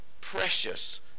Precious